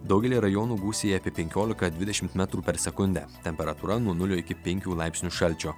daugelyje rajonų gūsiai penkiolika dvidešimt metrų per sekundę temperatūra nuo nulio iki penkių laipsnių šalčio